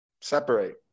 separate